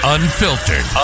Unfiltered